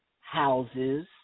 houses